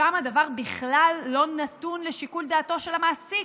שם הדבר בכלל לא נתון לשיקול דעתו של המעסיק.